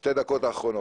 שתי הדקות האחרונות.